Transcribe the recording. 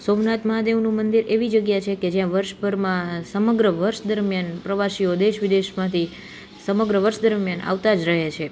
સોમનાથ મહાદેવનું મંદિર એવી જગ્યાએ છે કે જ્યાં વર્ષભરમાં સમગ્ર વર્ષ દરમિયાન પ્રવાસીઓ દેશ વિદેશમાંથી સમગ્ર વર્ષ દરમિયાન આવતા જ રહે છે